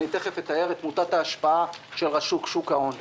תיכף אתאר את מוטת ההשפעה של רשות שוק ההון.